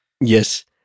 Yes